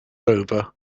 over